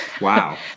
wow